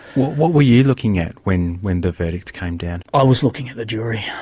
what were you looking at when when the verdict came down? i was looking at the jury.